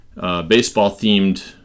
baseball-themed